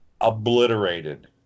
obliterated